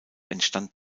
entstand